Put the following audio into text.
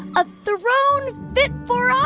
a throne fit for ah